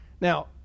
Now